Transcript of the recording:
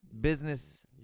business